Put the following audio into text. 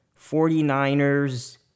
49ers